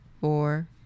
four